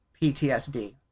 PTSD